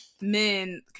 men